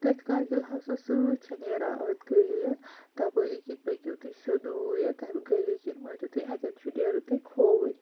تٔتھۍ کَرگِل ہاوسَس سٟتۍ چھِ نیران أنٛدۍ گٔلِی اَکھ تپٲرِی کِنۍ پٔکِو تُہۍ سیٚودے تمہِ گٔلِی کِنۍ مٲنو تُہۍ اَتؠن چھُو نیرُن تُۄہہِ کھوٕرۍ